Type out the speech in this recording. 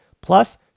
Plus